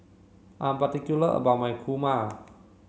I am particular about my Kurma